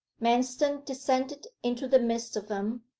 manston descended into the midst of them,